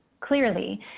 clearly